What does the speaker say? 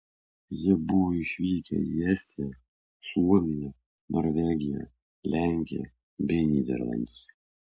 jie buvo išvykę į estiją suomiją norvegiją lenkiją bei nyderlandus